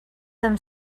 them